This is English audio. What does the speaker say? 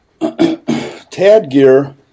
Tadgear